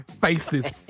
faces